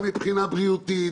גם מבחינה בריאותית,